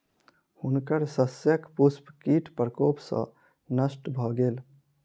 हुनकर शस्यक पुष्प कीट प्रकोप सॅ नष्ट भ गेल